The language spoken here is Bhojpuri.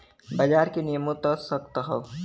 बाजार के नियमों त सख्त हौ